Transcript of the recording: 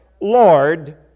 Lord